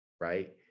right